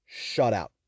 shutout